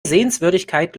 sehenswürdigkeit